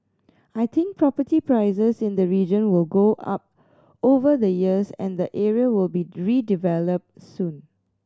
I think property prices in the region will go up over the years and the area will be redeveloped soon